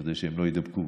כדי שהם לא יידבקו,